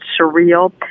surreal